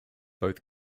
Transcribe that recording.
both